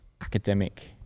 academic